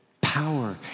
power